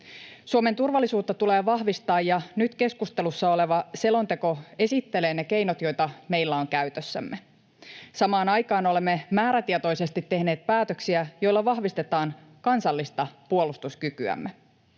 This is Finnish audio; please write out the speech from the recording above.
Suomen turvallisuutta tulee vahvistaa, ja nyt keskustelussa oleva selonteko esittelee ne keinot, joita meillä on käytössämme. Samaan aikaan olemme määrätietoisesti tehneet päätöksiä, joilla vahvistetaan kansallista puolustuskykyämme.